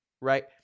Right